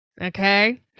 Okay